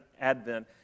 advent